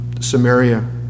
Samaria